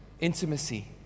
Intimacy